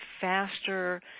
faster